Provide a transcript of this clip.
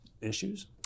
issues